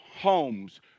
homes